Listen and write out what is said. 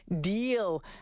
deal